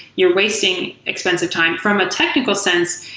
you're wasting expensive time. from a technical sense,